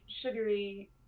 sugary